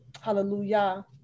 Hallelujah